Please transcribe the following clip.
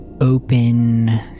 open